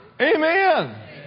Amen